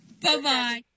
Bye-bye